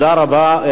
תודה רבה.